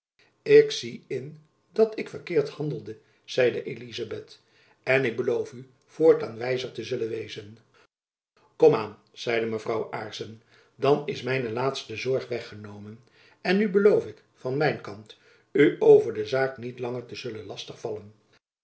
ik zie in dat ik verkeerd handelde zeide elizabeth en ik beloof u voortaan wijzer te zullen wezen komaan zeide mevrouw aarssen dan is mijn laatste zorg weg genomen en nu beloof ik van mijn kant u over de zaak niet langer te zullen lastig vallen